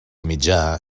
mitjà